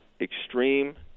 extreme